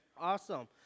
Awesome